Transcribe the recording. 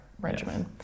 regimen